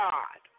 God